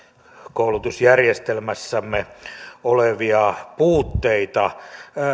koulutusjärjestelmässämme olevia puutteita